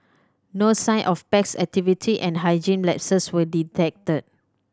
no sign of pest activity and hygiene lapses were detected